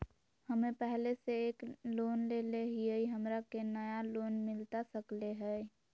हमे पहले से एक लोन लेले हियई, हमरा के नया लोन मिलता सकले हई?